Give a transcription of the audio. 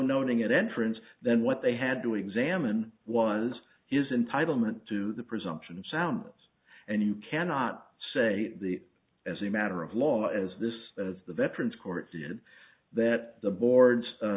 noting at entrance then what they had to examine was his entitle meant to the presumption sounds and you cannot say the as a matter of law as this as the veterans court said that the board's